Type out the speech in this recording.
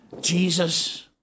Jesus